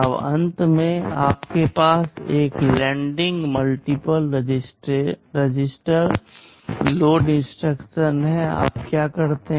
अब अंत में आपके पास एक loading multiple register load instruction है आप क्या करते हैं